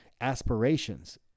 aspirations